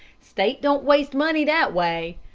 state don't waste money that way!